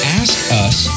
askus